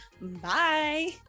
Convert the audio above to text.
Bye